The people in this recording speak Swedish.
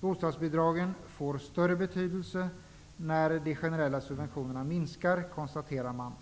Bostadsbidragen får större betydelse när de generella subventionerna minskar, konstaterar man.